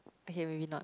okay maybe not